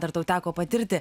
dar tau teko patirti